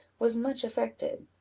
was much affected.